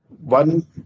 one